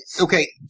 okay